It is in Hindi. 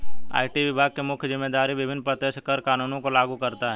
आई.टी विभाग की मुख्य जिम्मेदारी विभिन्न प्रत्यक्ष कर कानूनों को लागू करता है